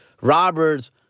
Roberts